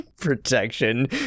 protection